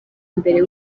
mbere